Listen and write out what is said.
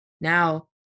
now